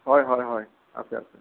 হয় হয় হয় আছে আছে